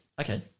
Okay